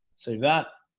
save that